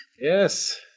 Yes